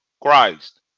Christ